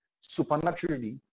supernaturally